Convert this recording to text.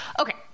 Okay